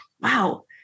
wow